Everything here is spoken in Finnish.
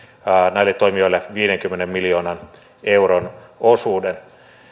näille toimijoille viidenkymmenen miljoonan euron osuuden